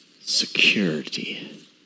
security